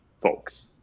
folks